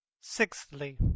Sixthly